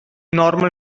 normal